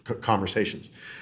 conversations